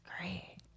great